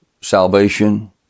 salvation